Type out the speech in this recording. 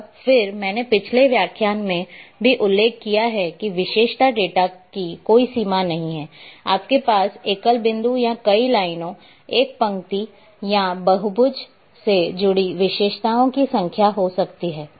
और फिर मैंने पिछले व्याख्यान में भी उल्लेख किया है कि विशेषता डेटा की कोई सीमा नहीं है आपके पास एकल बिंदु या कई लाइनों एक पंक्ति या बहुभुज से जुड़ी विशेषताओं की संख्या हो सकती है